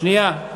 שנייה.